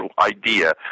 idea